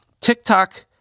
TikTok